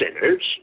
sinners